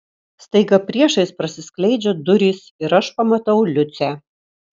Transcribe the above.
staiga priešais prasiskleidžia durys ir aš pamatau liucę